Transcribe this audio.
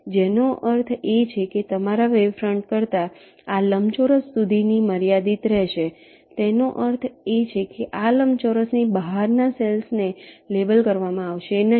જેનો અર્થ એ છે કે તમારા વેવ ફ્રંટ ફક્ત આ લંબચોરસ સુધી મર્યાદિત રહેશે તેનો અર્થ એ કે આ લંબચોરસની બહારના સેલ્સ ને લેબલ કરવામાં આવશે નહીં